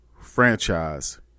franchise